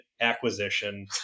acquisition